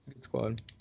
squad